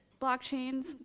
blockchains